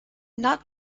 not